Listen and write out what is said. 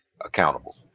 accountable